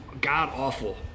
god-awful